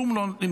כלום לא נותנים,